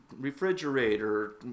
refrigerator